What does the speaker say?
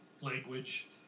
language